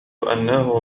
انه